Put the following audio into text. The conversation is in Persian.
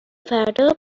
فردا